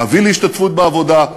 להביא להשתתפות בעבודה,